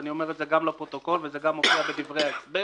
ואני אומר את זה גם לפרוטוקול וזה גם מופיע בדברי ההסבר